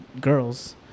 girls